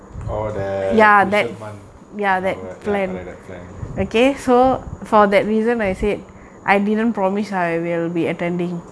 oh dey crucial month now ah ya correct that plan